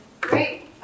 Great